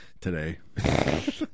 Today